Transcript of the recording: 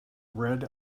red